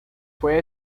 fue